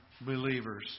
believers